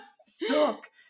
suck